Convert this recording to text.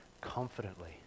confidently